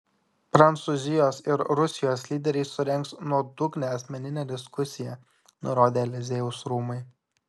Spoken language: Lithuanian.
prancūzijos ir rusijos lyderiai surengs nuodugnią asmeninę diskusiją nurodė eliziejaus rūmai